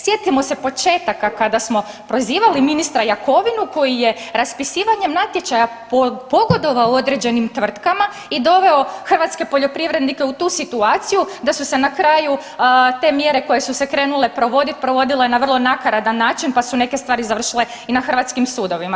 Sjetimo se početaka kada smo prozivali ministra Jakovinu koji je raspisivanjem natječaja pogodovao određenim tvrtkama i doveo hrvatske poljoprivrednike u tu situaciju da su se na kraju te mjere koje su se krenule provoditi provodile na vrlo nakaradan način, pa su neke stvari završile i na hrvatskim sudovima.